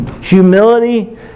Humility